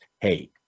hey